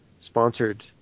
sponsored